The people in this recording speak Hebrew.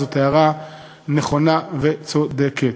זאת הערה נכונה וצודקת.